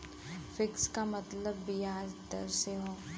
fix क मतलब बियाज दर से हौ